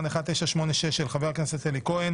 של ח"כ שלמה קרעי